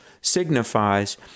signifies